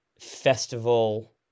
Festival